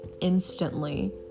instantly